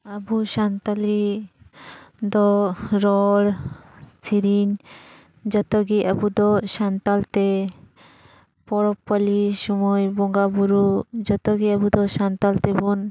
ᱟᱵᱚ ᱥᱟᱱᱛᱟᱲᱤ ᱫᱚ ᱨᱚᱲ ᱥᱮᱨᱮᱧ ᱡᱚᱛᱚ ᱜᱮ ᱟᱵᱚ ᱫᱚ ᱥᱟᱱᱛᱟᱲ ᱛᱮ ᱯᱚᱨᱚᱵᱽ ᱯᱟᱹᱞᱤ ᱥᱳᱢᱳᱭ ᱵᱚᱸᱜᱟ ᱵᱩᱨᱩ ᱡᱚᱛᱚ ᱜᱮ ᱟᱵᱚ ᱫᱚ ᱥᱟᱱᱛᱟᱲ ᱛᱮᱵᱚᱱ